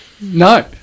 No